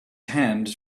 hands